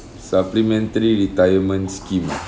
supplementary retirement scheme ah